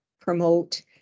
promote